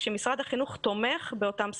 כשמשרד החינוך תומך באותם ספקים.